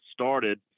started